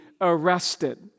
arrested